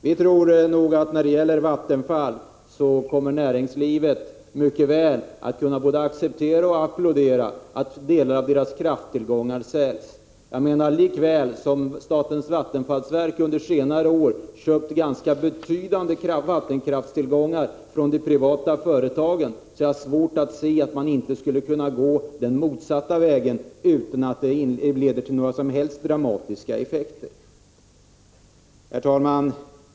Vi tror att näringslivet mycket väl kommer att kunna både acceptera och applådera att delar av Vattenfalls krafttillgångar säljs. Jag har svårt att se att man inte, lika väl som att statens vattenfallsverk under senare år har köpt ganska betydande vattenkraftstillgångar från de privata företagen, skulle kunna gå den motsatta vägen utan att det skulle leda till några dramatiska effekter. Herr talman!